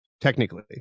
technically